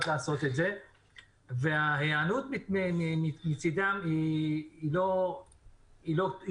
לעשות את זה וההיענות מצידם היא לא גדולה.